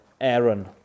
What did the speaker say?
Aaron